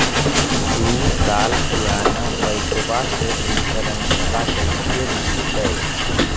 दू साल पुराना बाइकबा के इंसोरेंसबा कैसे मिलते?